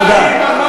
תודה.